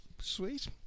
Sweet